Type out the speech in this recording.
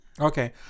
Okay